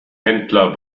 händler